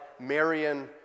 Marion